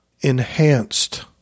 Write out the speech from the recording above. enhanced